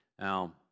Now